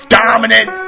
dominant